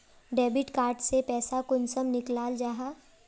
Debit card से पैसा कुंसम निकलाल जाहा?